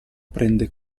prende